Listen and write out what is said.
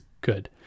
good